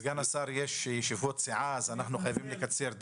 לסגן השר יש ישיבות סיעה אז אנחנו חייבים לקצר.